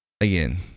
again